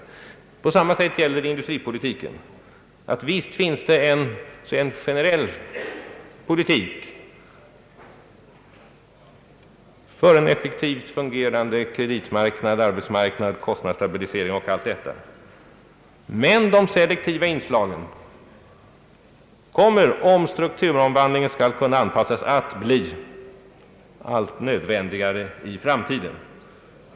Detsamma gäller industripolitiken. Visst finns det en generell politik för en effektivt fungerande kreditmarknad, arbetsmarknad, kostnadsstabilisering osv., men de selektiva inslagen kommer att bli allt nödvändigare i framtiden om strukturomvandlingen skall kunna anpassas.